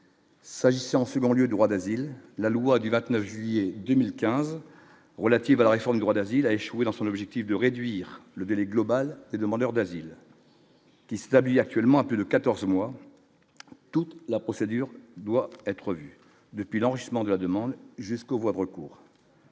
s'agissant, second lieu, droit d'asile, la loi du 29 juillet 2015 relative à la réforme, droit d'asile, a échoué dans son objectif de réduire le délai global des demandeurs d'asile qui s'établit actuellement à plus de 14 mois toute la procédure doit être revu depuis l'enrichissement de la demande, jusqu'aux voies de recours.